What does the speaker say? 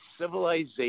civilization